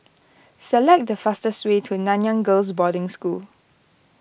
select the fastest way to Nanyang Girls' Boarding School